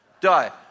Die